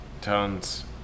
Tons